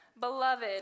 Beloved